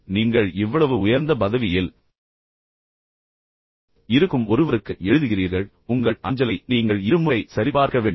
எனவே நீங்கள் இவ்வளவு உயர்ந்த பதவியில் இருக்கும் ஒருவருக்கு எழுதுகிறீர்கள் உங்கள் அஞ்சலை நீங்கள் இருமுறை சரிபார்க்க வேண்டும்